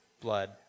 blood